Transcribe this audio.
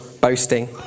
boasting